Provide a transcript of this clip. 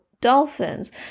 dolphins